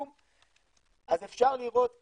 אז אפשר לראות ככה,